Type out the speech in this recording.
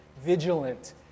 vigilant